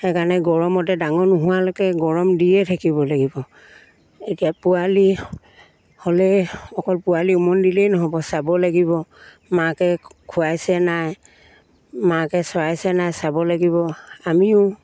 সেইকাৰণে গৰমতে ডাঙৰ নোহোৱালৈকে গৰম দিয়ে থাকিব লাগিব এতিয়া পোৱালি হ'লেই অকল পোৱালি উমনি দিলেই নহ'ব চাব লাগিব মাকে খুৱাইছে নাই মাকে চৰাইছে নাই চাব লাগিব আমিও